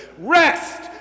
Rest